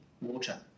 water